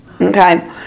Okay